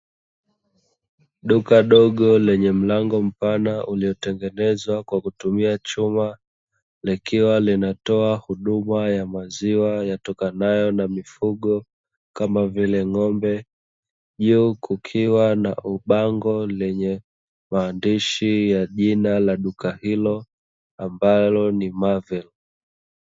Duka dogo lenye mlango mpana uliotengenezwa kwa kutumia chuma, likiwa linatoa huduma ya maziwa yatokanayo na mifugo kama vile ng'ombe. Juu kukiwa na bango lenye maandishi ya jina la duka hilo ambalo ni "MARVEL".